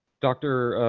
dr.